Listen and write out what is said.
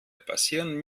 passieren